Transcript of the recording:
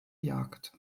jagd